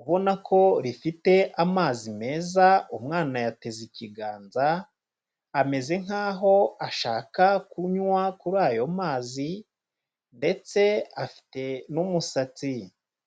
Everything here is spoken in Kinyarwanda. ubona ko rifite amazi meza, umwana yateze ikiganza ameze nkaho ashaka kunywa kuri ayo mazi ndetse afite n'umusatsi.